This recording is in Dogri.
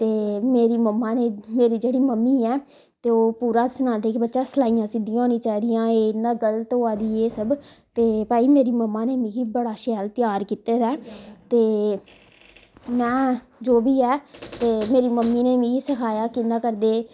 ते मेरी मम्मा ने मेरी जेह्ड़ी मम्मी ऐ ते ओह् पूरा सनांदे कि बच्चा सलाइयां सिद्धियां होनियां चाहिदियां एह् इयां गलत होआ दी एह् सब ते भाई मेरी मम्मा ने मिगी बड़ा शैल तैयार कीते दा ते मैं जो बी ऐ ते मेरी मम्मी ने मिगी सखाया कियां करदे